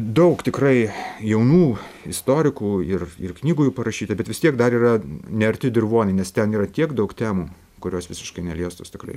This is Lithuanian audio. daug tikrai jaunų istorikų ir ir knygų jau parašyta bet vis tiek dar yra nearti dirvonai nes ten yra tiek daug temų kurios visiškai neliestos tikrai